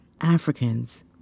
Africans